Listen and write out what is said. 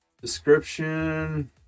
description